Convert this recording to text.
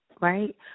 Right